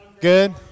Good